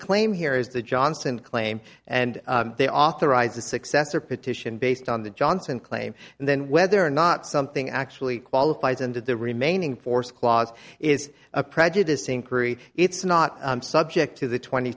claim here is the johnson claim and they authorized the successor petition based on the johnson claim and then whether or not something actually qualifies under the remaining force clause is a prejudice inquiry it's not subject to the twenty